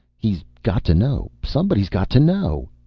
he's got to know. somebody's got to know!